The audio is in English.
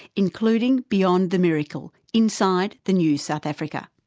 including beyond the miracle inside the new south africa.